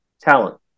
Talent